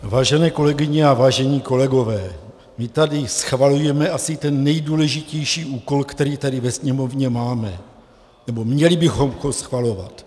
Vážené kolegyně a vážení kolegové, my tady schvalujeme asi ten nejdůležitější úkol, který tady ve Sněmovně máme, nebo měli bychom ho schvalovat.